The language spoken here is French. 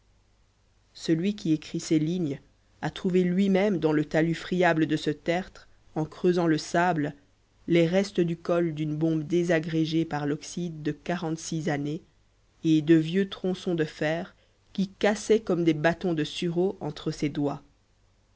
celui qui écrit ces lignes a trouvé lui-même dans le talus friable de ce tertre en creusant le sable les restes du col d'une bombe désagrégés par l'oxyde de quarante-six années et de vieux tronçons de fer qui cassaient comme des bâtons de sureau entre ses doigts